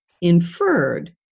inferred